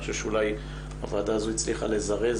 אני חושב שאולי הוועדה הזו הצליחה לזרז